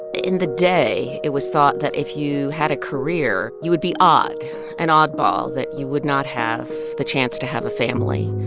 in the day, it was thought that if you had a career, you would be odd an oddball, that you would not have the chance to have a family,